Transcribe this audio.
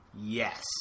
Yes